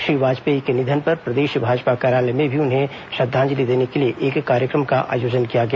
श्री वाजपेयी के निधन पर प्रदेश भाजपा कार्यालय में भी उन्हें श्रद्धांजलि देने के लिए एक कार्यक्रम का आयोजन किया गया